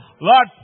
Lord